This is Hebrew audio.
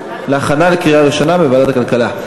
ולהכנה לקריאה ראשונה בוועדת הכלכלה.